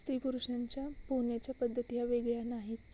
स्त्रीपुरुषांच्या पोहण्याच्या पद्धती ह्या वेगळ्या नाहीत